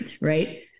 Right